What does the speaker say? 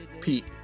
Pete